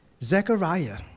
Zechariah